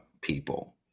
people